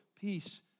peace